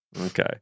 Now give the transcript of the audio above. Okay